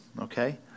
okay